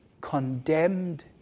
condemned